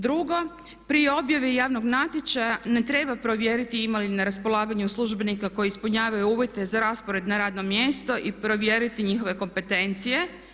Drugo, pri objavi javnog natječaja ne treba provjeriti ima li na raspolaganju službenika koji ispunjavaju uvjete za raspored na javno mjesto i provjeriti njihove kompetencije.